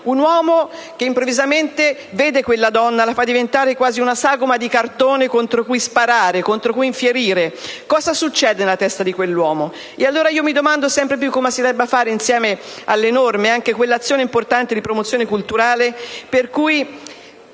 Un uomo che improvvisamente vede quella donna e la fa diventare quasi una sagoma di cartone contro cui sparare e contro cui infierire; cosa succede nella testa di quell'uomo? E allora io mi domando sempre più come si debba fare per portare avanti, insieme alle norme, anche quell'azione importante di promozione culturale per cui,